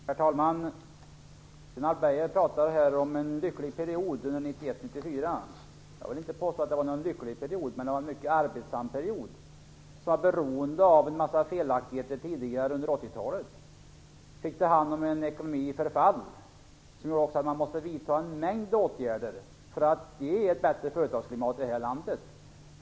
Herr talman! Lennart Beijer pratar om en lycklig period 1991-1994. Jag vill inte påstå att det var någon lycklig period. Det var en mycket arbetsam period. Beroende på en massa felaktigheter tidigare, under 80-talet, fick man ta hand om en ekonomi i förfall, och det gjorde att man måste vidta en mängd åtgärder för att ge ett bättre företagsklimat i det här landet.